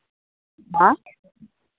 ᱦᱮᱸ